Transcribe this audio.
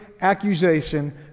accusation